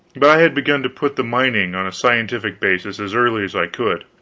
but i had begun to put the mining on a scientific basis as early as i could.